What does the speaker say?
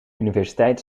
universiteit